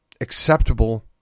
acceptable